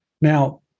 Now